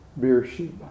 Beersheba